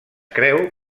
creu